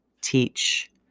teach